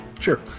Sure